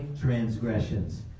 transgressions